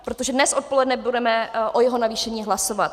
Protože dnes odpoledne budeme o jeho navýšení hlasovat.